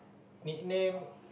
nickname